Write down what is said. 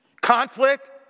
conflict